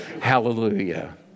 Hallelujah